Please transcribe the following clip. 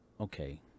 okay